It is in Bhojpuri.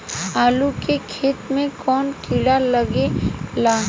आलू के खेत मे कौन किड़ा लागे ला?